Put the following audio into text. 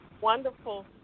wonderful